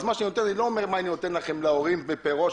הוא לא אומר מה אני נותן לכם להורים פר ראש,